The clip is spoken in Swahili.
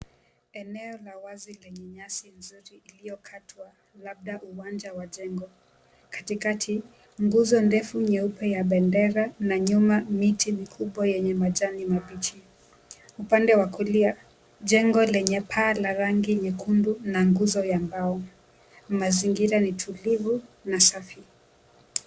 Eneo la wazi lenye nyasi nzuri iliyokatwa, labda uwanja wa jengo. Katikati, nguzo ndefu nyeupe ya bendera na nyuma miti mikubwa yenye majani mabichi. Upande wa kulia, jengo lenye paa la rangi nyekundu na nguzo ya mbao. Mazingira ni tulivu na safi.